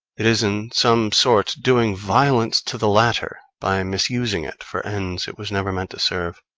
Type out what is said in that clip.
it is in some sort doing violence to the latter by misusing it for ends it was never meant to serve.